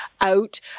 out